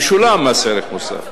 ישולם מס ערך מוסף.